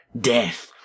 death